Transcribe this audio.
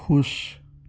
خوش